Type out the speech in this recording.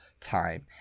time